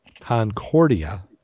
Concordia